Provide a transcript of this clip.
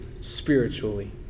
spiritually